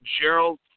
Gerald